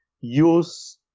use